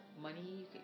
money